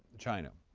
china,